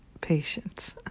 patience